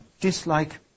dislike